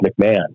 McMahon